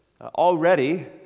Already